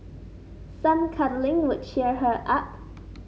some cuddling would cheer her up